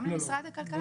גם למשרד הכלכלה.